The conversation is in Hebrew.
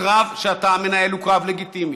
הקרב שאתה מנהל הוא קרב לגיטימי.